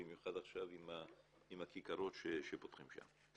במיוחד עכשיו עם הכיכרות שפותחים שם.